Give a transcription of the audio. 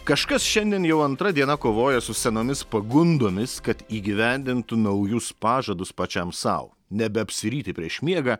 kažkas šiandien jau antra diena kovoja su senomis pagundomis kad įgyvendintų naujus pažadus pačiam sau nebeapsiryti prieš miegą